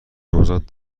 نوزاد